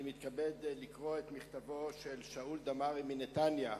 אני מתכבד לקרוא את מכתבו של שאול דמארי מנתניה.